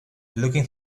looking